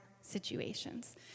situations